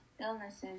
illnesses